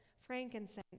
frankincense